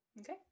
Okay